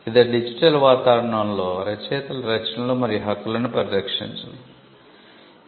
ఇది డిజిటల్ వాతావరణంలో రచయితల రచనలు మరియు హక్కులను పరిరక్షించింది